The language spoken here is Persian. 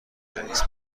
رئیس